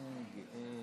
בבקשה,